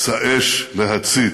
שא אש להצית,